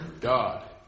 God